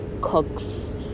cooks